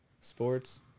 Sports